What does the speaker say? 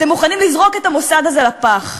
אתם מוכנים לזרוק את המוסד הזה לפח.